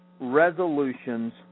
Resolutions